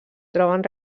troben